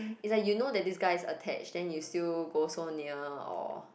is like you know that this guy is attached then you still go so near or